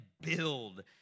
build